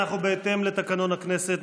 בהתאם לתקנות הכנסת,